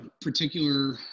particular